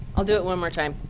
i'll do it one more time.